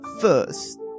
first